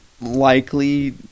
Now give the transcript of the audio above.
likely